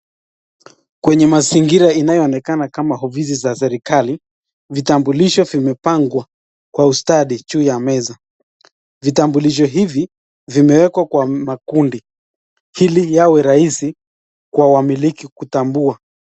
Kwenye mazingira inayoonekana kama ofisi za serikali , vitambulisho vimepangwa kwa ustadi juu ya meza. Vitambulisho hivi vimewekwa kwa makundi, ili yawe rahisi kwa waamiliki wa kutambua.